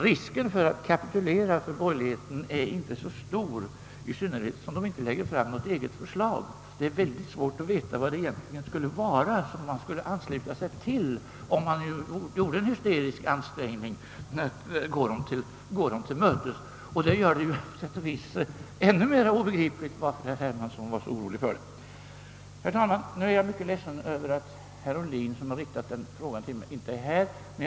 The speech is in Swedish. Risken för att vi skulle kapitulera för de borgerliga partierna är inte så stor, i synnerhet som dessa partier inte lägger fram något eget förslag och det alltså är svårt att veta vad man egentligen skulle ansluta sig till, om man gjorde en hysterisk ansträngning att gå dem till mötes. Detta gör det på sätt och vis ännu mer svårt att förstå vad herr Hermansson är så orolig för. Herr talman! Jag är mycket ledsen att herr Ohlin, som ställde den fråga jag nu tänker ta upp, inte är här.